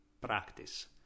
practice